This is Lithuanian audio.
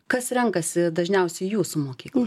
kas renkasi dažniausia jūsų mokyklą